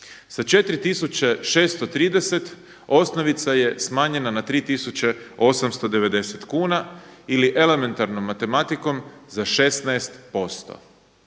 Sa 4.630 osnovica je smanjena na 3.890 kuna ili elementarnom matematikom za 16